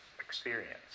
experience